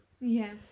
Yes